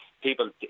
People